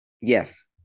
Yes